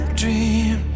dream